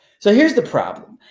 so here's the problem,